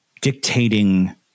dictating